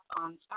on